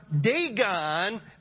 Dagon